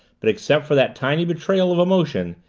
but except for that tiny betrayal of emotion,